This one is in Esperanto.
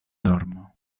dormo